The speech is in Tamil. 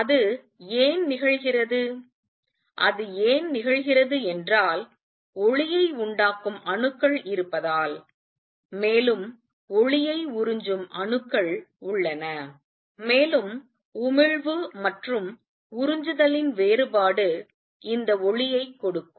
அது ஏன் நிகழ்கிறது அது ஏன் நிகழ்கிறது என்றால் ஒளியை உண்டாக்கும் அணுக்கள் இருப்பதால் மேலும் ஒளியை உறிஞ்சும் அணுக்கள் உள்ளன மேலும் உமிழ்வு மற்றும் உறிஞ்சுதலின் வேறுபாடு இந்த ஒளியைக் கொடுக்கும்